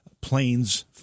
planes